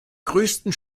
größten